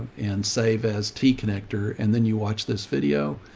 and save as t-connector. and then you watch this video.